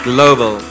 Global